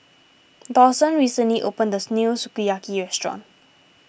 Dawson recently opened as new Sukiyaki restaurant